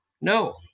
No